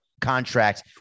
Contract